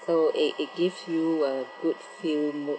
so it it gives you a good feel mood